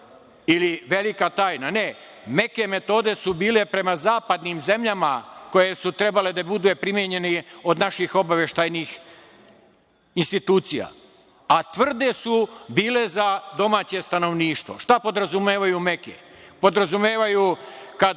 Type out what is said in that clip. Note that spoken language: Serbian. ili velika tajna, ne, meke metode su bile prema zapadnim zemljama koje su trebale da budu primenjene od naših obaveštajnih institucija, a tvrde su bila za domaće stanovništvo. Šta podrazumevaju meke? Podrazumevaju kad